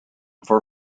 for